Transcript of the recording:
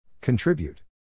Contribute